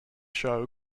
show